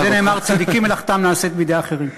על זה נאמר: צדיקים מלאכתם נעשית בידי אחרים.